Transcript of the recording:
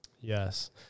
Yes